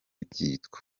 byitwa